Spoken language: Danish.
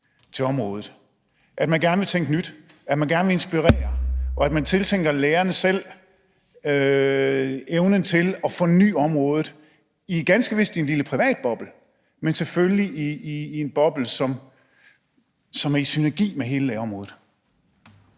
til området, at man gerne vil tænke nyt, at man gerne vil inspirere, og at man tiltænker lærerne evnen til selv at forny området, ganske vist i en lille privat boble, men selvfølgelig i en boble, som er i synergi med hele lærerområdet?